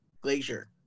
Glacier